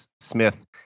Smith